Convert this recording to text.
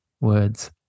words